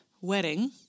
wedding